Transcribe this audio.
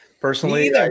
Personally